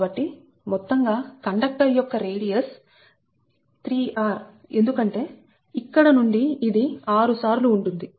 కాబట్టిమొత్తంగా conductor యొక్క radius 3r ఎందుకంటే ఇక్కడ నుండి ఇది 6 సార్లు ఉంటుంది